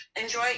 enjoy